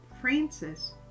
Francis